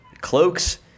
cloaks